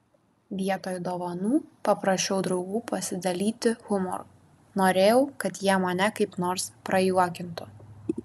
vietoj dovanų paprašiau draugų pasidalyti humoru norėjau kad jie mane kaip nors prajuokintų